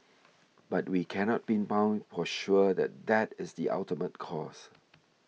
but we cannot pinpoint for sure that that is the ultimate cause